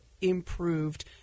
improved